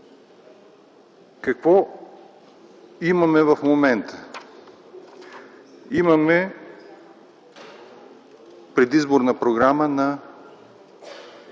Какво имаме в момента? Имаме Предизборна програма на